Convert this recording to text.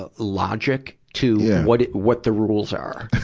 ah logic to what it, what the rules are.